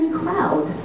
crowd